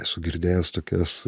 esu girdėjęs tokias